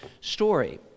story